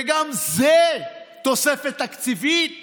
וגם זו תוספת תקציבית